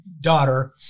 daughter